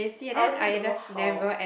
I actually don't know how